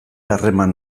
harreman